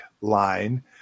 line